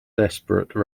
desperate